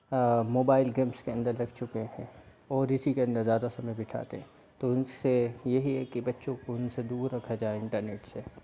mobile games के अंदर लग चुके हैं और इसी के अंदर ज़्यादा समय बिताते हैं तो इससे ये ही है कि बच्चों को इनसे दूर रखा जाए इंटरनेट से